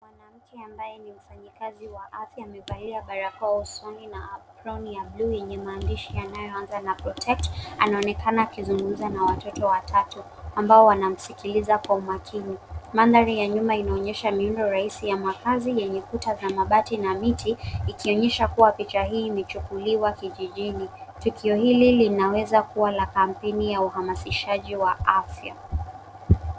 Mwanamke ambaye ni mfanyikazi wa afya amevalia barakoa usoni na aproni ya bluu yenye maandishi yanaoyanza na protect . Anaonekana akizungumza na watoto watatu ambao wanamsikiliza kwa umakini. Mandhari ya nyuma inaonyesha miundo rahisi ya makazi yenye kuta za mabati na miti, ikionyesha kuwa picha hii imechukuliwa kijijini. Tukio hili linaweza kuwa la kampeni ya uhamasishaji wa afya.